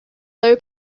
low